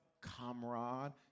comrade